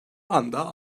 anda